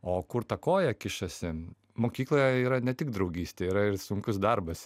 o kur ta koja kišasi mokykloje yra ne tik draugystė yra ir sunkus darbas